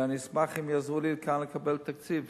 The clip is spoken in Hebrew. אני אשמח אם יעזרו לי כאן לקבל תקציב.